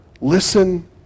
listen